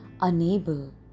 unable